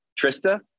Trista